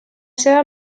seva